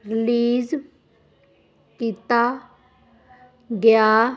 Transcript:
release ਕੀਤਾ ਗਿਆ